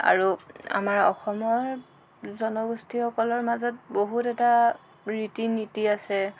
আৰু আমাৰ অসমৰ জনগোষ্ঠীসকলৰ মাজত বহুত এটা ৰীতি নীতি আছে